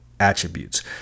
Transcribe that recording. attributes